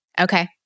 Okay